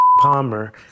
Palmer